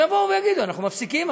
ויגידו: אנחנו מפסיקים.